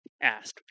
asked